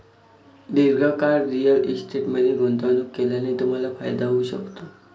दीर्घकाळ रिअल इस्टेटमध्ये गुंतवणूक केल्याने तुम्हाला फायदा होऊ शकतो